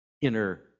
inner